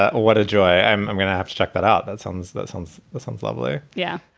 ah ah what a joy. i'm i'm going to have to check that out. that sounds that sounds sounds lovely yeah,